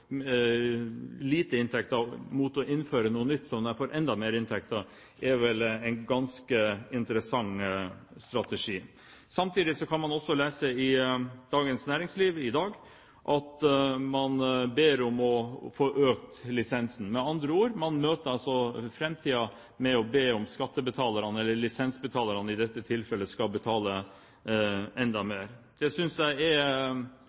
lite inntekter av, mot å innføre noe nytt som de får enda mer inntekter av, vel er en ganske interessant strategi. Samtidig kan man lese i Dagens Næringsliv i dag at man ber om å få økt lisensen. Med andre ord, man møter altså framtiden med å be om at skattebetalerne, eller lisensbetalerne i dette tilfellet, skal betale enda mer. Det synes jeg er